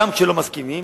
גם כשלא מסכימים,